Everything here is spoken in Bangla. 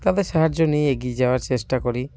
তাদের সাহায্য নিয়ে এগিয়ে যাওয়ার চেষ্টা করি